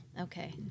Okay